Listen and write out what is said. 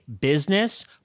business